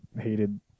hated